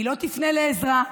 היא לא תפנה לעזרה,